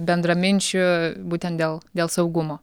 bendraminčių būtent dėl dėl saugumo